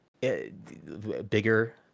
bigger